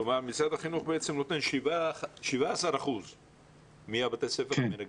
כלומר משרד החינוך בעצם נותן 17% מבתי הספר המנגנים.